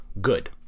good